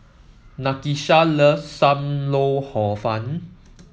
Nakisha loves Sam Lau Hor Fun